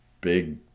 big